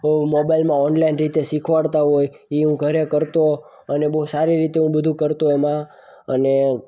મોબાઇલમાં ઓનલાઇન રીતે શીખવાડતા હોય છે એ હું ઘરે કરતો અને બહુ સારી રીતે હું બધું કરતો એમાં અને આ અને